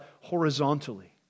horizontally